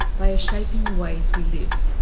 they are shaping the ways we live,